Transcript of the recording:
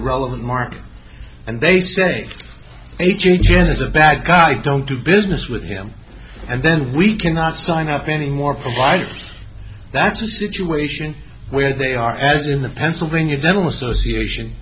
the relevant market and they say a change is a bad guy don't do business with him and then we cannot sign up anymore provide that's a situation where they are as in the pennsylvania dental association